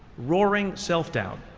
roaring self-doubt.